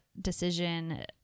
decision